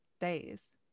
days